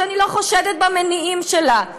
שאני לא חושדת במניעים שלה,